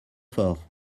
fort